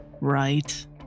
right